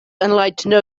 enlightened